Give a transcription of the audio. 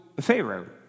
Pharaoh